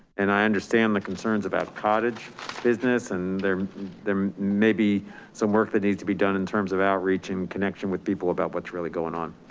and i understand the concerns about cottage business and there there may be some work that needs to be done in terms of outreach in connection with people about what's really going on.